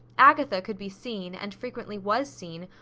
agatha could be seen, and frequently was seen,